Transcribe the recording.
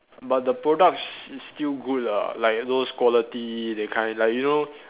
but the products is still good lah like those quality that kind like you know